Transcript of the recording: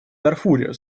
дарфуре